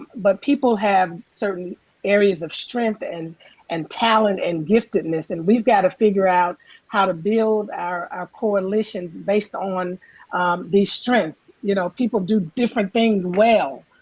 but people have certain areas of strength and and talent and giftedness, and we've got to figure out how to build our our coalitions based on these strengths. you know, people do different things well.